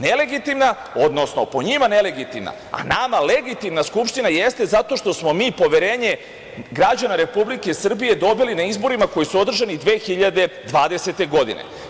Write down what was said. Nelegitimna, odnosno po njima nelegitimna, a nama legitimna Skupština jeste zato što smo mi poverenje građana Republike Srbije dobili na izborima koji su održani 2020. godine.